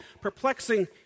perplexing